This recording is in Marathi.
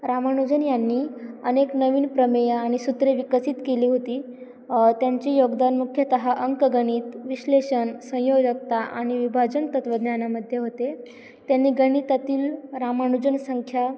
रामानुजन यांनी अनेक नवीन प्रमेय आणि सूत्रे विकसित केली होती त्यांची योगदान मुख्यतः अंकगणित विश्लेषण संयोजकता आणि विभाजन तत्वज्ञानामध्ये होते त्यांनी गणितातील रामानुजन संख्या